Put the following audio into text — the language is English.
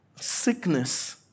sickness